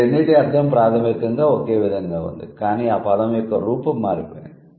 ఈ రెండింటి అర్థం ప్రాథమికంగా ఒకే విధంగా ఉంది కానీ ఆ పదం యొక్క రూపం మారిపోయింది